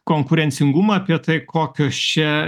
konkurencingumą apie tai kokios čia